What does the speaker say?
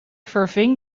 verving